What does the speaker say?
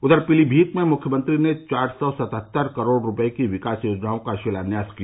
उधर पीलीभीत में मुख्यमंत्री ने चार सौ सहत्तर करोड़ रूपये की विकास योजनाओं का शिलान्यास किया